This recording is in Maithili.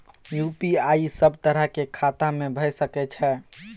यु.पी.आई सब तरह के खाता में भय सके छै?